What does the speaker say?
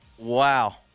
Wow